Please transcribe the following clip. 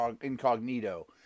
Incognito